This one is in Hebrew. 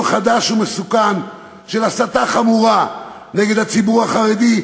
חדש ומסוכן של הסתה חמורה נגד הציבורי החרדי,